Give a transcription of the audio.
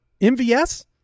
MVS